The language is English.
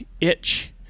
itch